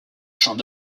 champ